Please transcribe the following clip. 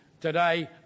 Today